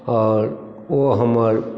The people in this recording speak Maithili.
आओर ओ हमर